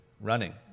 running